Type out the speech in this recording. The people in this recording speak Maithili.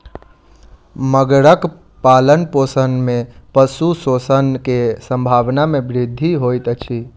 मगरक पालनपोषण में पशु शोषण के संभावना में वृद्धि होइत अछि